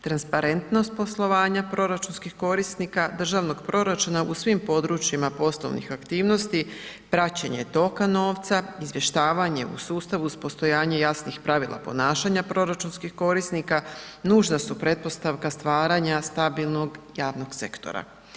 Transparentnost poslovanja proračunskih korisnika državnog proračuna u svim područjima poslovnih aktivnosti, praćenje toka novca, izvještavanje u sustavu uz postojanje jasnih pravila ponašanja proračunskih korisnika, nužna su pretpostavka stvaranja stabilnog javnog sektora.